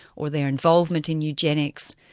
or their involvement in eugenics,